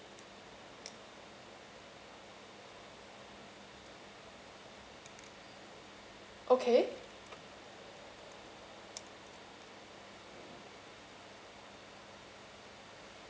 okay